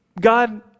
God